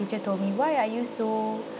teacher told me why are you so